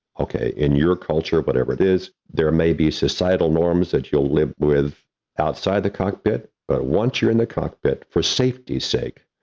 okay, in your culture, whatever it is, there may be societal norms that you'll live with outside the cockpit, but once you're in the cockpit, for safety's sake,